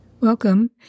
Welcome